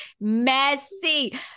Messy